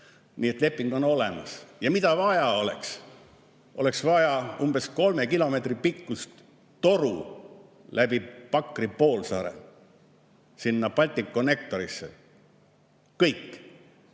Nii et leping on olemas. Mida vaja oleks? Oleks vaja umbes kolme kilomeetri pikkust toru läbi Pakri poolsaare sinna Balticconnectorisse. Kõik!